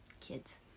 Kids